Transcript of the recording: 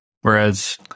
whereas